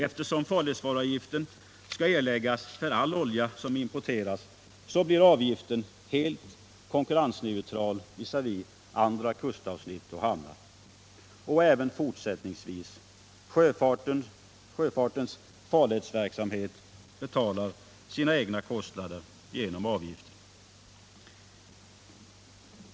Eftersom farledsvaruavgiften skall erläggas för all olja som importeras blir avgiften helt konkurrensneutral visavi andra kustavsnitt och hamnar. Nr 53 Och även fortsättningsvis: sjöfartens farledsverksamhet betalar sina Torsdagen den egna kostnader genom avgifter.